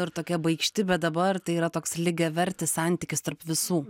ir tokia baikšti bet dabar tai yra toks lygiavertis santykis tarp visų